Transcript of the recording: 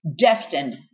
destined